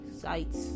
sites